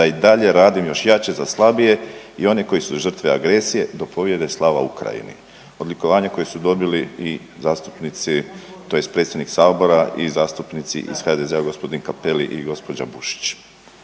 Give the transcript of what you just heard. da i dalje radim još jače za slabije i one koji su žrtve agresije do pobjede, slava Ukrajini. Odlikovanje koje su dobili i zastupnici, tj. predsjednik Sabora i zastupnici iz HDZ-a, g. Cappelli i gđa. Bušić.